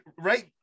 right